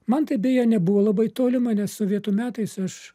man tai beje nebuvo labai tolima nes sovietų metais aš